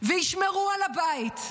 וישמרו על הבית,